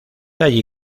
allí